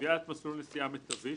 קביעת מסלול נסיעה מיטבי,